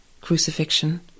crucifixion